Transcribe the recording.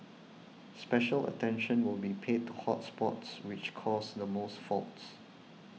special attention will be paid to hot spots which cause the most faults